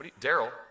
Daryl